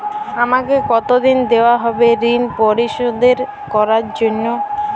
আমাকে কতদিন দেওয়া হবে ৠণ পরিশোধ করার জন্য?